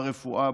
ברפואה,